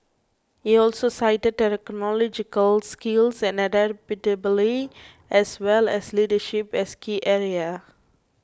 he also cited technological skills and adaptability as well as leadership as key area